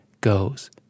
goes